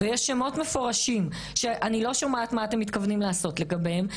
ויש שמות מפורשים שאני לא שומעת מה אתם מתכוונים לעשות לגביהם,